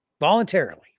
Voluntarily